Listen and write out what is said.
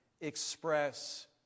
express